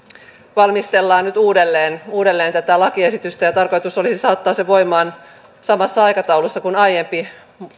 valmistellaan nyt uudelleen uudelleen tätä lakiesitystä ja tarkoitus olisi saattaa se voimaan samassa aikataulussa kuin aiempi